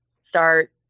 start